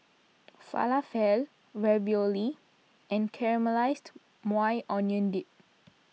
Falafel Ravioli and Caramelized Maui Onion Dip